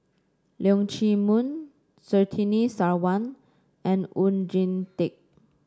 Leong Chee Mun Surtini Sarwan and Oon Jin Teik